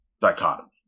dichotomy